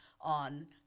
on